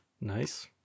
nice